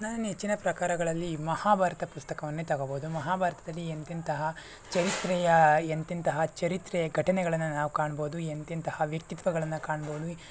ನನ್ನ ನೆಚ್ಚಿನ ಪ್ರಕಾರಗಳಲ್ಲಿ ಮಹಾಭಾರತ ಪುಸ್ತಕವನ್ನೇ ತಗೋಬೋದು ಮಹಾಭಾರತದಲ್ಲಿ ಎಂತೆಂತಹ ಚರಿತ್ರೆಯ ಎಂತೆಂತಹ ಚರಿತ್ರೆಯ ಘಟನೆಗಳನ್ನು ನಾವು ಕಾಣ್ಬೋದು ಎಂತೆಂತಹ ವ್ಯಕ್ತಿತ್ವಗಳನ್ನು ಕಾಣ್ಬೋದು